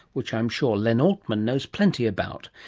which i'm sure len altman knows plenty about.